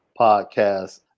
Podcast